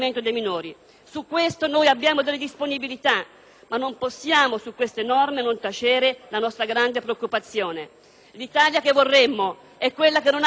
ma non possiamo su queste norme non tacere la nostra grande preoccupazione. L'Italia che vorremmo è quella che non ha paura dei bambini stranieri e soprattutto non fa loro paura.